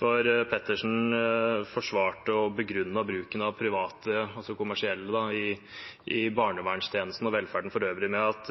det. Pettersen forsvarte og begrunnet bruken av private kommersielle i barnevernstjenesten og velferden for øvrig med at